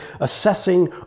assessing